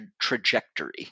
trajectory